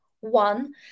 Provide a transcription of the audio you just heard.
one